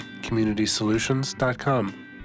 CommunitySolutions.com